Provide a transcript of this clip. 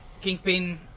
Kingpin